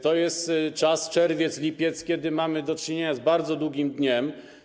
To jest czerwiec, lipiec, kiedy mamy do czynienia z bardzo długim dniem.